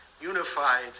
unified